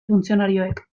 funtzionarioek